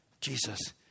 Jesus